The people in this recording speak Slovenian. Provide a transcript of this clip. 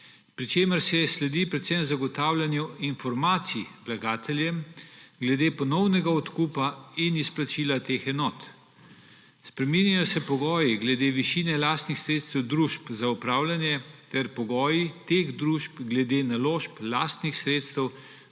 pri čemer se sledi predvsem zagotavljanju informacij vlagateljem glede ponovnega odkupa in izplačila teh enot. Spreminjajo se pogoji glede višine lastnih sredstev družb za upravljanje ter pogoji teh družb glede naložb lastnih sredstev